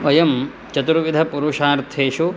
वयं चतुर्विधपुरुषार्थेषु